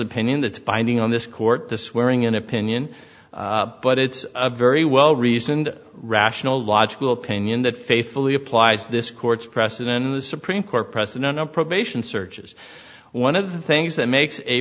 opinion that's binding on this court the swearing in opinion but it's a very well reasoned rational logical opinion that faithfully applies this court's precedent in the supreme court precedent on probation searches one of the things that makes a